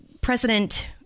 President